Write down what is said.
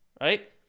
right